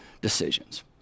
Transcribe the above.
decisions